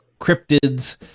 cryptids